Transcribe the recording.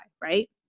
right